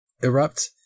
erupt